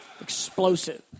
explosive